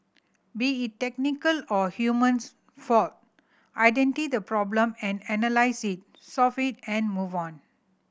be it technical or humans fault the problem and analyse it solve it and move on